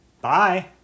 Bye